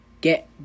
get